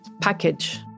package